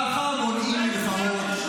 ככה מונעים מלחמות,